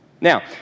Now